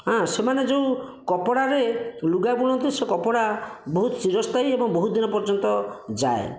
ହାଁ ସେମାନେ ଯେଉଁ କପଡ଼ାରେ ଲୁଗା ବୁଣନ୍ତି ସେ କପଡ଼ା ବହୁତ ଚିରସ୍ତାୟୀ ଏବଂ ବହୁତ ଦିନ ପର୍ଯ୍ୟନ୍ତ ଯାଏ